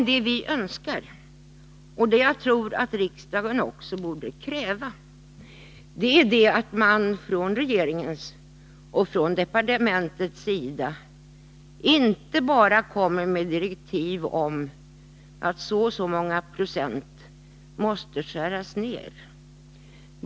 Det som vi önskar och som riksdagen också borde kräva är att regeringen och departementet inte bara kommer med direktiv om hur många procent som måste skäras ned.